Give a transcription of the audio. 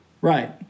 Right